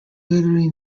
literally